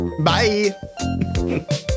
Bye